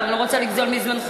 אבל אני לא רוצה לגזול מזמנך.